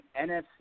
NFC